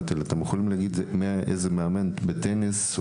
שאלתי: "אתם יכולים להגיד לי מיהו מאמן טוב בטניס?".